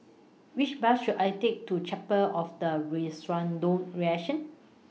Which Bus should I Take to Chapel of The